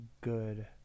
good